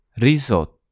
Risotto